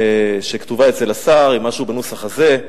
שכתובה אצל השר, היא משהו בנוסח הזה: